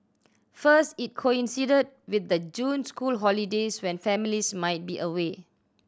first it coincided with the June school holidays when families might be away